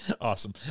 Awesome